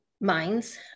minds